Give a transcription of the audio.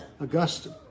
Augustine